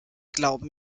glauben